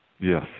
yes